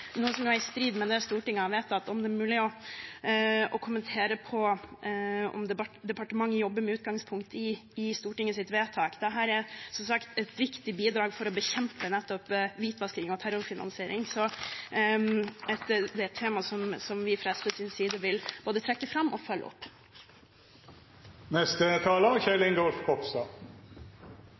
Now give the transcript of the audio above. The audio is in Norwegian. noe som er i strid med det Stortinget har vedtatt, om det er mulig å kommentere om departementet jobber med utgangspunkt i Stortingets vedtak. Dette er som sagt et viktig bidrag til å bekjempe hvitvasking og terrorfinansiering, så det er et tema som vi fra SVs side vil både trekke fram og følge